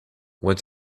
what